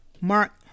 Mark